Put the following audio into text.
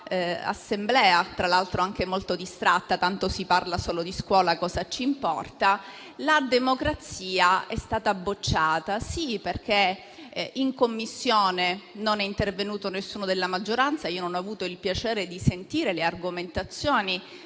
la democrazia è stata bocciata. Sì, perché in Commissione non è intervenuto nessuno della maggioranza e non ho avuto il piacere di sentire le argomentazioni